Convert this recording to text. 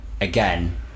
Again